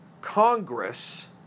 Congress